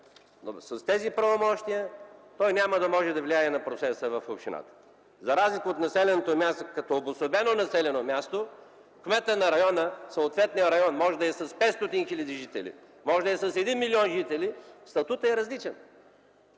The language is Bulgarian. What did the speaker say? С тези правомощия той няма да може да влияе на процеса в общината. За разлика от населеното място, като обособено населено място, кметът на съответния район може да е с 500 хиляди жители, може да е с 1 милион жители, статутът е различен.